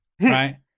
right